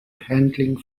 handling